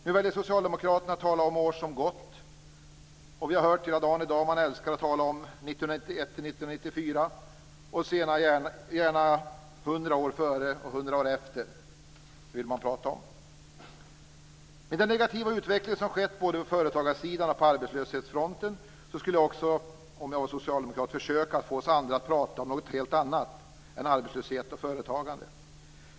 Nu väljer Socialdemokraterna att tala om de år som har gått. Vi har hela dagen i dag hört att man älskar att tala om åren 1991-1994 och gärna om hundra år före och hundra år efter. Med den negativa utveckling som har skett både på företagarsidan och arbetslöshetsfronten, skulle jag också om jag vore socialdemokrat försöka få oss att prata om något helt annat än arbetslöshet och företagande.